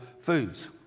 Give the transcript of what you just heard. foods